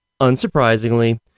unsurprisingly